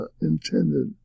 intended